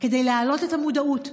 כדי להעלות את המודעות,